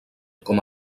com